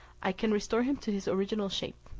i can restore him to his original shape.